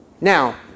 Now